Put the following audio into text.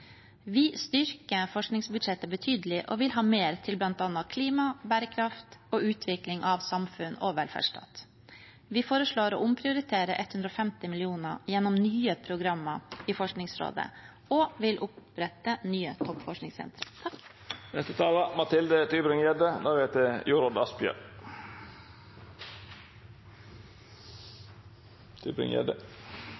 Vi styrker forskningsbudsjettet betydelig og vil ha mer til bl.a. klima, bærekraft og utvikling av samfunn og velferdsstat. Vi foreslår å omprioritere 150 mill. kr gjennom nye programmer i Forskningsrådet og vil opprette nye toppforskningssentre.